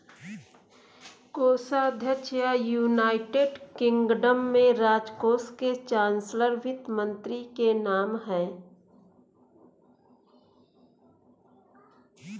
कोषाध्यक्ष या, United Kingdom में, राजकोष के चांसलर वित्त मंत्री के नाम है